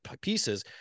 pieces